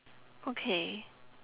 okay